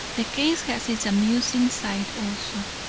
the case has its amusing side also,